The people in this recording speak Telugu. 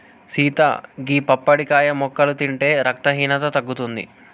సీత గీ పప్పడికాయ ముక్కలు తింటే రక్తహీనత తగ్గుతుంది